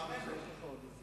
משעמם לו.